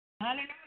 Hallelujah